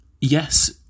Yes